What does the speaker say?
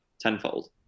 tenfold